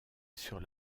sur